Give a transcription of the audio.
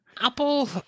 Apple